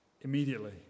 immediately